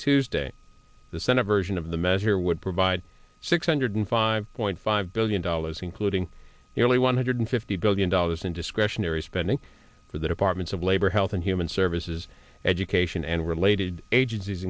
tuesday the senate version of the measure would provide six hundred five point five billion dollars including nearly one hundred fifty billion dollars in discretionary spending for the audience of labor health and human services education and related agencies